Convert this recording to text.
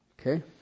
Okay